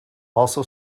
also